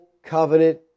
Covenant